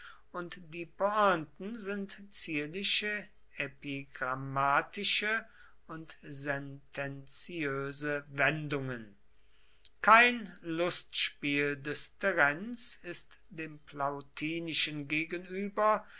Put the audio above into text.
und die pointen sind zierliche epigrammatische und sentenziöse wendungen kein lustspiel des terenz ist dem plautinischen gegenüber